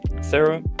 Sarah